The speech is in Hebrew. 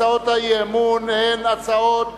הצעות האי-אמון הן הצעות